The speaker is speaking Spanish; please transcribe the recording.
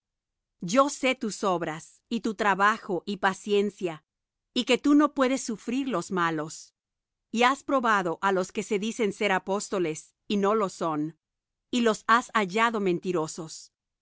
yo sé tus obras y tu trabajo y paciencia y que tú no puedes sufrir los malos y has probado á los que se dicen ser apóstoles y no lo son y los has hallado mentirosos